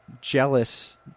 jealous